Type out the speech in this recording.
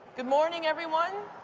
good morning, everyone.